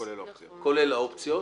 כולל האופציות.